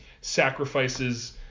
sacrifices